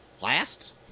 Last